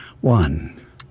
One